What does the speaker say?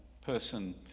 person